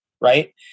right